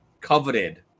coveted